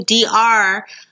DR